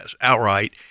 outright